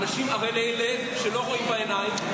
אנשים ערלי לב שלא רואים בעיניים,